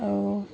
আৰু